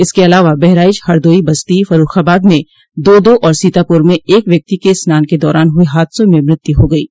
इसके अलावा बहराइच हरदोई बस्ती फर्रूखाबाद में दो दो और सीतापुर में एक व्यक्ति की स्नान के दौरान हुए हादसों में मृत्यु हो गयी